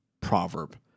proverb